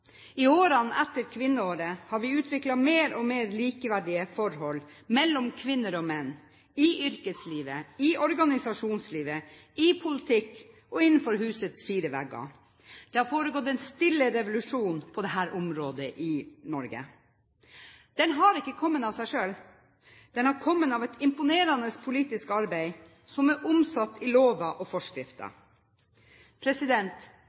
I årene etter kvinneåret har vi utviklet mer og mer likeverdige forhold mellom kvinner og menn i yrkeslivet, i organisasjonslivet, i politikken og innenfor husets fire vegger. Det har foregått en stille revolusjon på dette området i Norge. Den har ikke kommet av seg selv. Den har kommet av et imponerende politisk arbeid som er omsatt i lover og forskrifter.